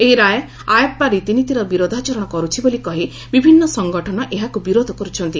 ଏହି ରାୟ ଆୟାସ୍ପା ରୀତିନୀତିର ବିରୋଧାଚରଣ କରୁଛି ବୋଲି କହି ବିଭିନ୍ନ ସଂଗଠନ ଏହାକୁ ବିରୋଧ କରୁଛନ୍ତି